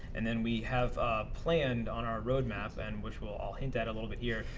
and then we have ah planned on our roadmap, and which we'll all hint at a little bit here,